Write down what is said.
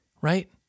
right